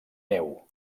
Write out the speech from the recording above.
neu